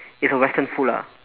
it's a western food lah